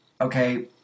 Okay